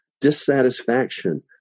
dissatisfaction